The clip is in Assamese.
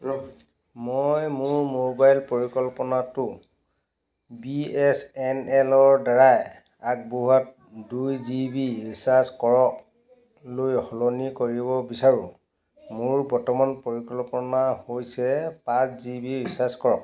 মই মোৰ মোবাইল পৰিকল্পনাটো বি এছ এন এল ৰ দ্বাৰা আগবঢ়োৱা দুই জি বি ৰিচাৰ্জ কৰক লৈ সলনি কৰিব বিচাৰো মোৰ বৰ্তমানৰ পৰিকল্পনা হৈছে পাঁচ জি বি ৰিচাৰ্জ কৰক